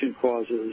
causes